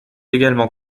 également